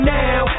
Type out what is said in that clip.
now